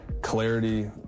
clarity